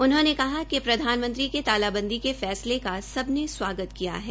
उन्होंने कहा कि प्रधानमंत्री के तालाबंदी के फैसले का सबने स्वागत किया है